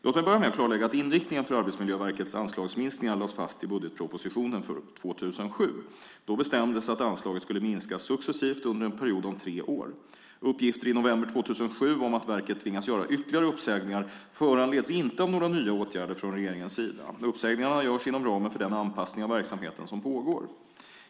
Låt mig börja med att klarlägga att inriktningen för Arbetsmiljöverkets anslagsminskningar lades fast i budgetpropositionen för 2007. Då bestämdes att anslaget skulle minskas successivt under en period om tre år. Uppgifter i november 2007 om att verket tvingas göra ytterligare uppsägningar föranleds inte av några nya åtgärder från regeringens sida. Uppsägningarna görs inom ramen för den anpassning av verksamheten som pågår.